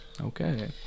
Okay